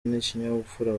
n’ikinyabupfura